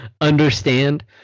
understand